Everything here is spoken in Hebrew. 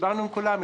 דיברנו עם כולם,